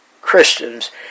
Christians